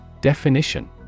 Definition